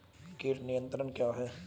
कीट नियंत्रण क्या है?